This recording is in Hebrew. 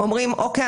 אומרים: אוקיי,